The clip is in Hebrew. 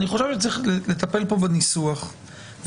אני חושב שצריך לטפל פה בניסוח ולבוא